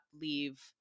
leave